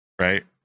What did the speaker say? right